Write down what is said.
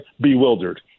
bewildered